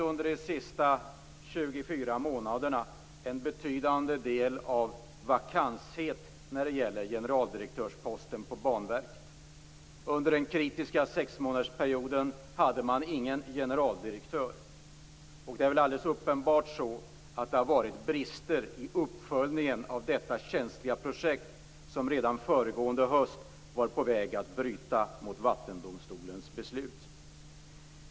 Under de senaste 24 månaderna har det varit betydande vakanser när det gäller generaldirektörsposten på Banverket. Under den kritiska sexmånadersperioden hade man ingen generaldirektör. Det är väl alldeles uppenbart att det har varit brister i uppföljningen av detta känsliga projekt, som redan föregående höst var på väg att bryta mot Vattendomstolens beslut.